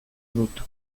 dut